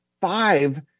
five